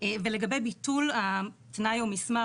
ולגבי ביטול התנאי או מסמך,